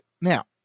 now